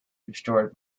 destroyed